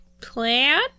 plan